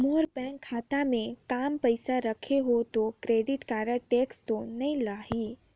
मोर bank खाता मे काम पइसा रखे हो तो क्रेडिट कारड टेक्स तो नइ लाही???